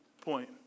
point